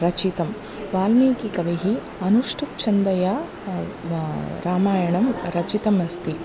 रचितं वाल्मीकिकवेः अनुष्टुप्छन्दे बा रामायणं रचितमस्ति